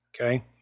Okay